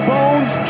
Bones